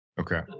Okay